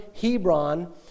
Hebron